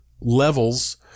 levels